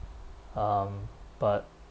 um but